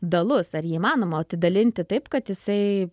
dalus ar jį įmanoma atidalinti taip kad jisai